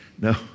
No